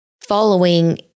following